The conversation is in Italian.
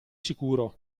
sicuro